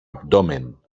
abdomen